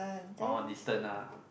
orh distance lah